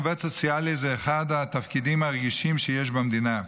עובד סוציאלי זה אחד התפקידים הרגישים שיש במדינה.